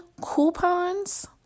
coupons